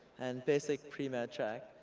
and basically pre-med track,